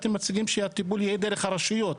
אתם מציגים שהטיפול יהיה דרך הרשויות,